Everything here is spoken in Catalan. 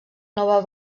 nova